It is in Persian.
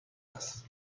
است